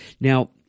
Now